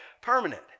permanent